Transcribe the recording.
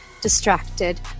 distracted